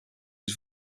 his